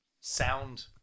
sound